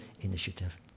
initiative